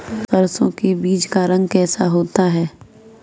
सरसों के बीज का रंग कैसा होता है?